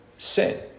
Sin